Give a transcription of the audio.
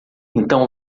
então